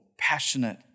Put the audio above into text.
passionate